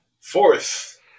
Fourth